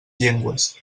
llengües